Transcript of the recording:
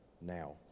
now